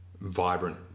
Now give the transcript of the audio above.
vibrant